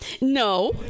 No